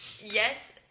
yes